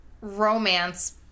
romance